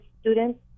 students